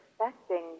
expecting